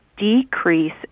decrease